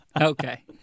Okay